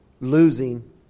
losing